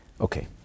Okay